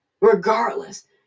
regardless